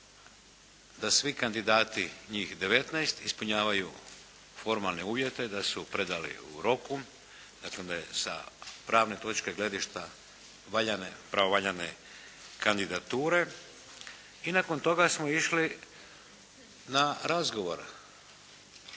da svi kandidati njih 19 ispunjavaju formalne uvjete, da su predali u roku. Daklem, da je sa pravne točke gledišta valjane, pravovaljane kandidature i nakon toga smo išli na razgovor.